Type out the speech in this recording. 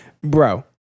bro